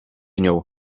nią